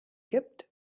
gibt